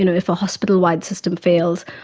you know if a hospital-wide system fails,